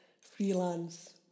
freelance